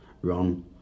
run